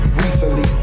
recently